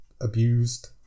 abused